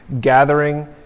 gathering